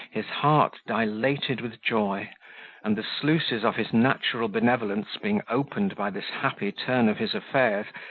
his heart dilated with joy and the sluices of his natural benevolence being opened by this happy turn of his affairs,